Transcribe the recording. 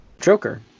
joker